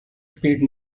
speed